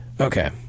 Okay